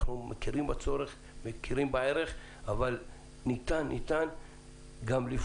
אנחנו מכירים בצורך ומכירים בערך אבל ניתן גם לבחון.